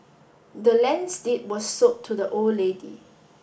the land's deed was sold to the old lady